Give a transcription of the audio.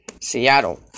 Seattle